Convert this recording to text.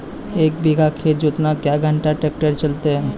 एक बीघा खेत जोतना क्या घंटा ट्रैक्टर चलते?